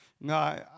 no